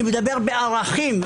אני מדבר בערכים.